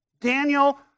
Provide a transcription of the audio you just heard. Daniel